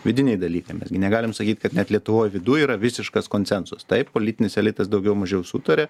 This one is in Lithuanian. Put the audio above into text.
vidiniai dalykai mes gi negalim sakyti kad net lietuvoj viduj yra visiškas konsensus taip politinis elitas daugiau mažiau sutaria